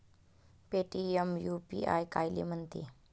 Paytm UPI कायले म्हनते?